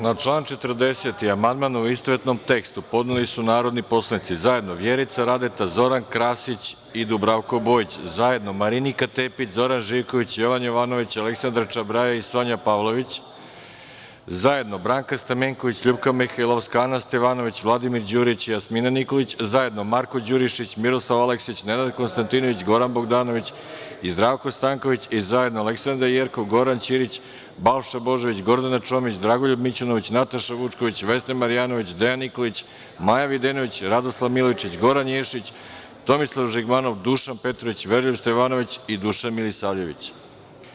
Na član 40. amandman, u istovetnom tekstu, podneli su narodni poslanici zajedno Vjerica Radeta, Zoran Krasić i Dubravko Bojić, zajedno Marinika Tepić, Zoran Živković, Jovan Jovanović, Aleksandra Čabraja i Sonja Pavlović, zajedno Branka Stamenković, LJupka Mihajlovska, Ana Stevanović, Vladimir Đurić i Jasmina Nikolić, zajedno Marko Đurišić, Miroslav Aleksić, Nenad Konstantinović, Goran Bogdanović i Zdravko Stanković i zajedno Aleksandra Jerkov, Goran Ćirić, Balša Božović, Gordana Čomić, Dragoljub Mićunović, Nataša Vučković, Vesna Marjanović, Dejan Nikolić, Maja Videnović, Radoslav Milojičić, Goran Ješić, Tomislav Žigmanov, Dušan Petrović, Veroljub Stevanović i Dušan Milisavljević.